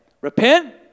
repent